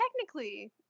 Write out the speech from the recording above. technically